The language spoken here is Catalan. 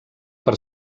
per